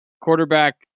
quarterback